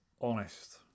honest